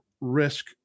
risk